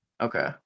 Okay